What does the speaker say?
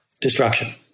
destruction